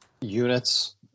units